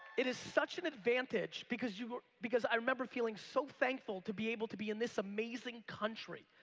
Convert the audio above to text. it is such an advantage because yeah because i remember feeling so thankful to be able to be in this amazing country.